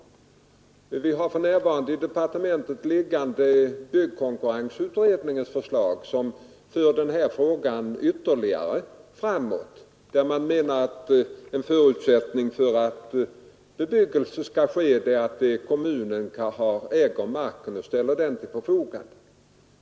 Vi har för närvarande byggkonkurrensutredningens förslag liggande i departementet. Det för denna fråga ytterligare framåt genom att slå fast att en förutsättning för att bebyggelse skall ske är att kommunen äger marken och ställer den till förfogande.